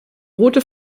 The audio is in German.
rote